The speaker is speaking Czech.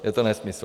Je to nesmysl.